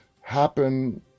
happen